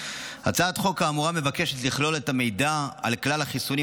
הצעת החוק האמורה מבקשת לכלול את המידע על כלל החיסונים